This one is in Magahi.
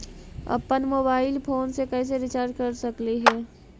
अप्पन मोबाईल फोन के कैसे रिचार्ज कर सकली हे?